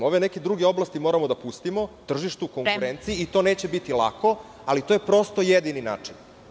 Ove neke druge oblasti moramo da pustimo tržištu konkurencije i to neće biti lako, ali to je, prosto, jedini način.